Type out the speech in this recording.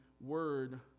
word